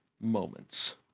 moments